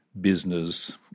business